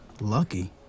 lucky